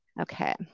okay